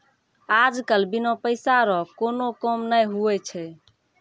आज कल बिना पैसा रो कोनो काम नै हुवै छै